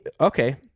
okay